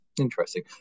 interesting